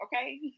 okay